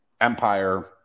empire